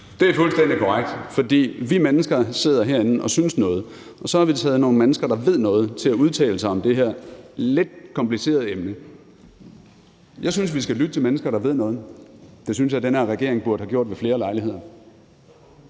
Det er fuldstændig korrekt – for vi sidder herinde og synes noget, og så har vi fået nogle mennesker, der ved noget, til at udtale sig om det her lidt komplicerede emne. Jeg synes, vi skal lytte til mennesker, der ved noget. Det synes jeg den her regering burde have gjort ved flere lejligheder.